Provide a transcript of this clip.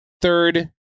third